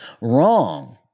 wrong